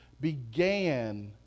began